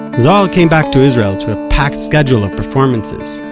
zohar came back to israel to a packed schedule of performances.